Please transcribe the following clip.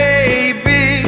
Baby